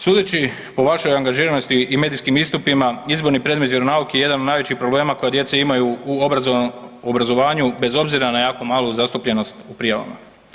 Sudeći po vašoj angažiranosti i medijskim istupima izborni predmet vjeronauk je jedan od najvećih problema koje djeca imaju u obrazovanju bez obzira na jako malu zastupljenost u prijavama.